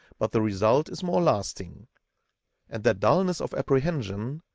but the result is more lasting and that dulness of apprehension,